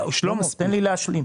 תן לי להשלים.